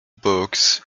books